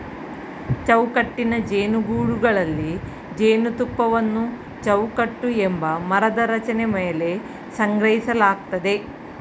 ಚೌಕಟ್ಟಿನ ಜೇನುಗೂಡುಗಳಲ್ಲಿ ಜೇನುತುಪ್ಪವನ್ನು ಚೌಕಟ್ಟು ಎಂಬ ಮರದ ರಚನೆ ಮೇಲೆ ಸಂಗ್ರಹಿಸಲಾಗ್ತದೆ